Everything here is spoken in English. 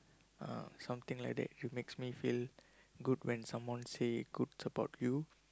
uh something like that it makes me feel good when someone say good about you